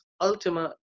ultimate